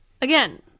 Again